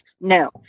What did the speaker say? no